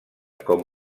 com